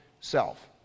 self